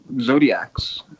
zodiacs